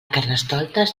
carnestoltes